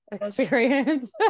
experience